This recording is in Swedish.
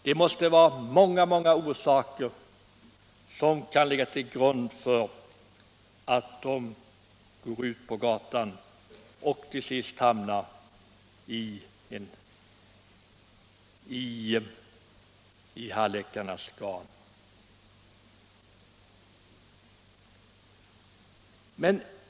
Det måste finnas många orsaker till att de går ut på gatan och till sist hamnar i hallickarnas garn.